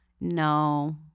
no